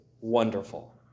wonderful